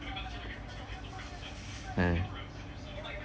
ah